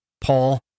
Paul